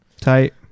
Tight